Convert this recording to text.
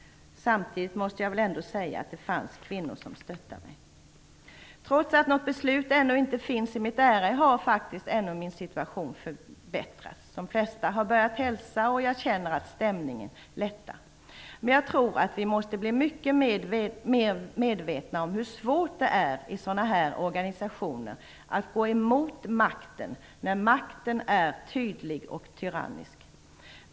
Samtidigt måste jag väl ändå säga att det fanns kvinnor som stöttade mig. Trots att något beslut ännu inte finns i mitt ärende har faktiskt ändå min situation förbättrats. De flesta har börjat hälsa och jag känner att stämningen lättat. Men jag tror att vi måste bli mycket mer medvetna om hur svårt det är i sådana här organisationer att gå emot makten när makten är tydlig och tyrannisk.